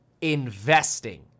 investing